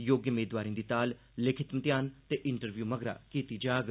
योग्य मेदवारें दी ताल लिखित म्तेहान ते इंटरव्यु मगरा कीती जाग